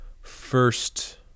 first